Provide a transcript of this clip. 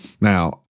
Now